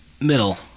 middle